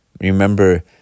remember